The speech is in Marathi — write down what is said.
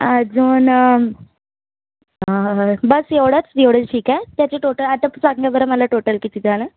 अजून बस एवढंच एवढंच ठीक आहे त्याची टोटल आता प सांगा बरं मला टोटल किती झालं